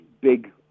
big